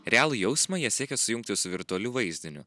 realų jausmą jie siekia sujungti su virtualiu vaizdiniu